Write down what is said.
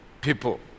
people